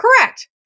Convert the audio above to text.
Correct